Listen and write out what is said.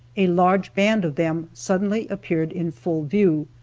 a large band of them suddenly appeared in full view,